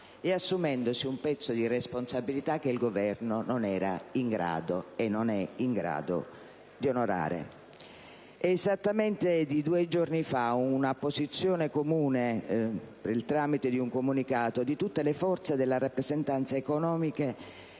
assumendosi una parte di responsabilità che il Governo non era in grado, e non lo è ancora, di onorare. È esattamente di due giorni fa una posizione comune, per il tramite di un comunicato, di tutte le forze delle rappresentanze economiche